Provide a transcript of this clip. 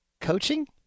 coaching